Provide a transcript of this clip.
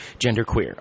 genderqueer